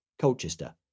Colchester